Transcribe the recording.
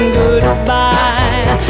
goodbye